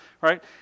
right